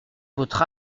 votre